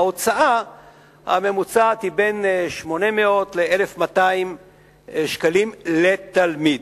ההוצאה הממוצעת היא בין 800 ל-1,200 שקלים לתלמיד.